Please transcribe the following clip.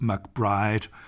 McBride